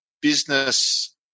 business